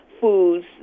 foods